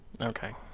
Okay